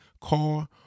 car